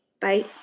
Bye